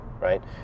right